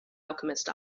alchemist